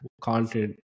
content